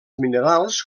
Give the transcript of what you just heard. minerals